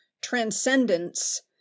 transcendence